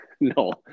no